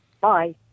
Bye